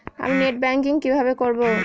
আমি net banking কিভাবে করব?